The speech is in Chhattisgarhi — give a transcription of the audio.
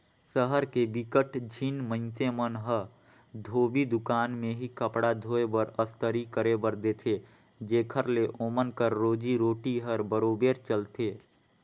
सहर के बिकट झिन मइनसे मन ह धोबी दुकान में ही कपड़ा धोए बर, अस्तरी करे बर देथे जेखर ले ओमन कर रोजी रोटी हर बरोबेर चलथे